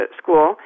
school